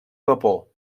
vapor